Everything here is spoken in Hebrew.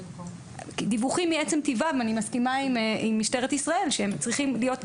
אני מסכימה עם משטרת ישראל שדיווחים מעצם טבעם צריכים להיות,